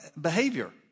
behavior